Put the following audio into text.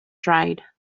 dried